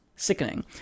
sickening